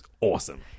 awesome